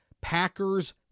packers